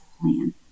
plan